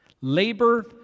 Labor